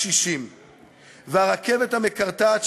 60. והרכבת המקרטעת,